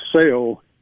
sell